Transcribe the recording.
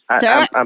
Sir